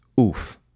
Oof